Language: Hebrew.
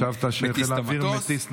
חשבת שחיל האוויר מטיס נגמ"שים.